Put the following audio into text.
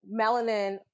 melanin